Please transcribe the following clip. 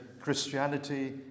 Christianity